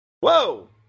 Whoa